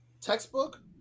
textbook